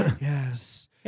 Yes